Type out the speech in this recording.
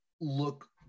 look